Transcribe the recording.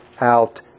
out